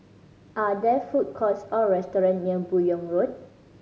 are there food courts or restaurant near Buyong Road